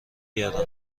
گردم